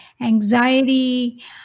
anxiety